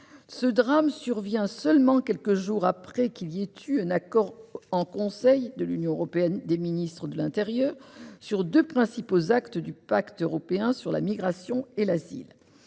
Ce drame survient seulement quelques jours après qu'il y a eu accord en Conseil de l'Union européenne des ministres de l'intérieur sur deux principaux axes du pacte européen sur la migration et l'asile.